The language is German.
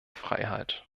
freiheit